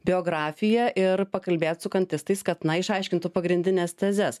biografiją ir pakalbėt su kantistais kad išaiškintų pagrindines tezes